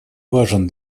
важен